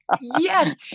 Yes